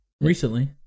Recently